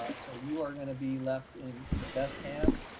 ah so you are going to be left in the best hands.